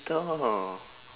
thor